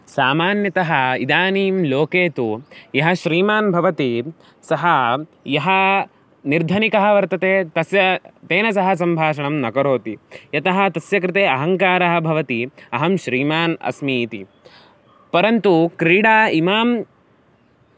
सामान्यतः इदानीं लोके तु यः श्रीमान् भवति सः यः निर्धनिकः वर्तते तस्य तेन सह सम्भाषणं न करोति यतः तस्य कृते अहङ्कारः भवति अहं श्रीमान् अस्मि इति परन्तु क्रीडा इमां